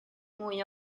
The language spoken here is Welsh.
mwy